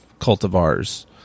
cultivars